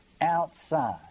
outside